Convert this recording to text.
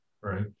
right